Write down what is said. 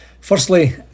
Firstly